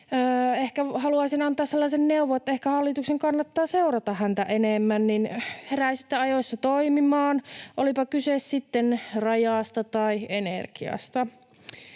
Haluaisin antaa sellaisen neuvon, että ehkä hallituksen kannattaa seurata häntä enemmän, niin että heräisitte ajoissa toimimaan, olipa kyse sitten rajasta tai energiasta.